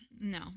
No